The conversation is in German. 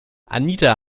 anita